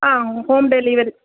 ah home delivery